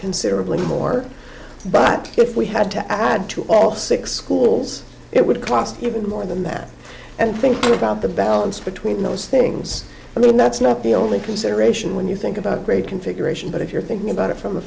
considerably more but if we had to add to all six schools it would cost even more than that and think about the balance between those things i mean that's not the only consideration when you think about great configuration but if you're thinking about it from a